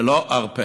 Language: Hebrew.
ולא ארפה.